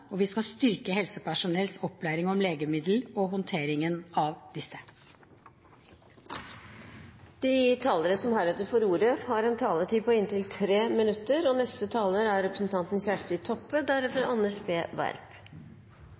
og vi skal styrke helsepersonells opplæring i legemidler og i håndteringen av disse. De talere som heretter får ordet, har en taletid på inntil 3 minutter. Senterpartiet har fremja forslag om tiltak mot overforbruk og